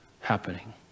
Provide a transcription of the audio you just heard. happening